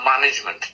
management